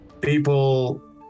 people